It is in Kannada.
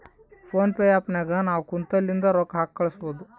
ಫೋನ್ ಪೇ ಆ್ಯಪ್ ನಾಗ್ ನಾವ್ ಕುಂತಲ್ಲಿಂದೆ ರೊಕ್ಕಾ ಕಳುಸ್ಬೋದು